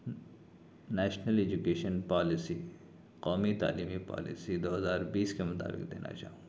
national education policy قومی تعلیمی policy دو ہزار بیس کے مطابق دینا چاہوں گا